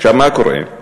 מה קורה?